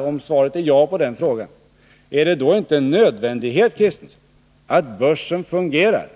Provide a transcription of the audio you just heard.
Om svaret på den frågan är ja, är det då inte en nödvändighet, Valter Kristenson, att börsen fungerar?